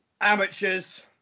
amateurs